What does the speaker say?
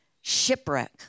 shipwreck